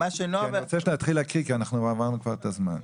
כי אני רוצה שנתחיל להקריא כי אנחנו עברנו כבר את הזמן.